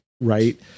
right